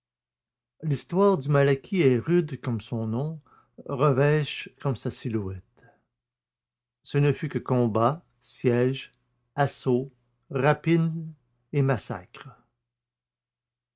l'histoire du malaquis est rude comme son nom revêche comme sa silhouette ce ne fut que combats sièges assauts rapines et massacres